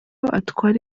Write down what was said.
atwara